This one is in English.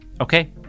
Okay